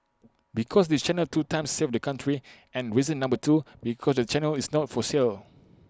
because this channel two times saved the country and reason number two because the channel is not for sale